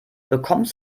bekommst